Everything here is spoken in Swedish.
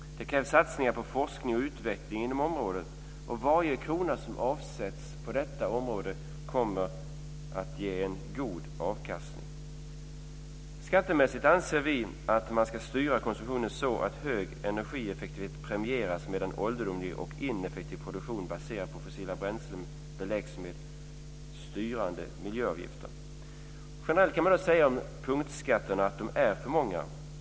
Det krävs satsningar på forskning och utveckling inom området, och varje krona som avsätts till detta kommer att ge god avkastning. Skattemässigt anser vi att man ska styra konsumtionen så att hög energieffektivitet premieras medan en ålderdomlig och ineffektiv produktion baserad på fossila bränslen beläggs med styrande miljöavgifter. Generellt kan man säga om punktskatterna att de är för många.